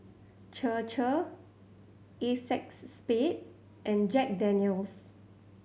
Chir Chir Acexspade and Jack Daniel's